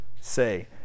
say